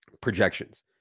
projections